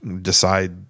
decide